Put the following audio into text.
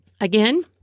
Again